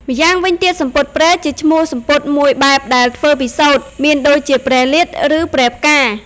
ម្យ៉ាងវិញទៀតសំពត់ «ព្រែ» ជាឈ្មោះសំពត់មួយបែបដែលធ្វើពីសូត្រ មានដូចជាព្រែលាត ឬព្រែផ្កា។